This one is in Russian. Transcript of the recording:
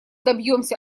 добьемся